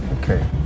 okay